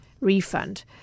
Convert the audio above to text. refund